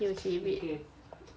okay okay wait